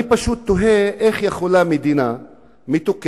אני פשוט תוהה איך יכולה מדינה מתוקנת,